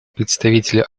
представителю